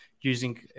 using